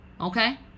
Okay